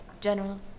General